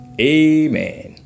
Amen